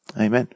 Amen